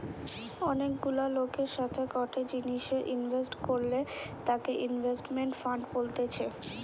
অনেক গুলা লোকের সাথে গটে জিনিসে ইনভেস্ট করলে তাকে ইনভেস্টমেন্ট ফান্ড বলতেছে